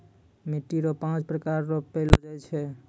मिट्टी रो पाँच प्रकार रो पैलो जाय छै